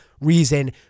reason